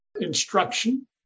instruction